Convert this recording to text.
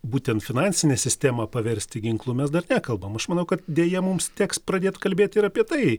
būtent finansinę sistemą paversti ginklu mes dar nekalbam aš manau kad deja mums teks pradėt kalbėt ir apie tai